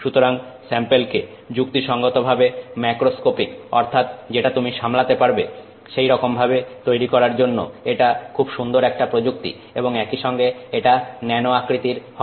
সুতরাং স্যাম্পেল কে যুক্তিসঙ্গতভাবে ম্যাক্রোস্কোপিক অর্থাৎ যেটা তুমি সামলাতে পারবে সেই রকম ভাবে তৈরি করার জন্য এটা খুব সুন্দর একটা প্রযুক্তি এবং একই সঙ্গে এটা ন্যানো আকৃতির হয়